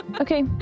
Okay